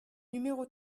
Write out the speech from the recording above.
numéro